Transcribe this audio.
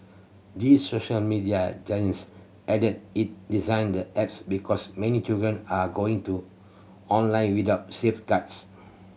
the social media giant added it designed the apps because many children are going to online without safeguards